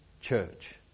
church